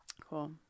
Cool